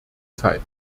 zeit